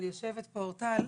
אבל יושבת פה אורטל,